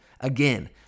Again